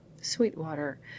Sweetwater